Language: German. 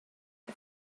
der